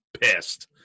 pissed